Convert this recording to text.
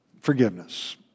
forgiveness